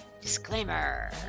Disclaimer